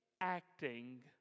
acting